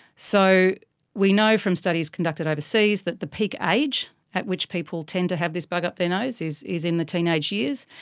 so we know from studies conducted overseas that the peak age at which people tend to have this bug up the nose is is in the teenage years.